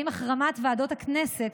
האם החרמת ועדות הכנסת,